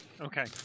Okay